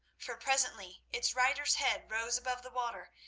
for presently its rider's head rose above the water,